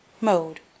Mode